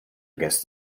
against